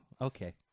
Okay